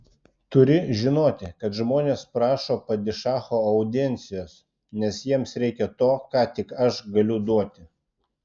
turi žinoti kad žmonės prašo padišacho audiencijos nes jiems reikia to ką tik aš galiu duoti